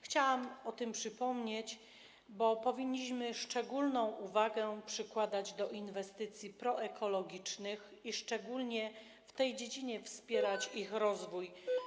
Chciałam o tym przypomnieć, bo szczególną uwagę powinniśmy przykładać do inwestycji proekologicznych i szczególnie w tej dziedzinie wspierać ich rozwój.